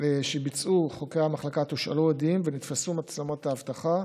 שביצעו חוקרי המחלקה תושאלו עדים ונתפסו מצלמות האבטחה